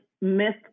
myth